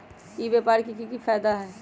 ई व्यापार के की की फायदा है?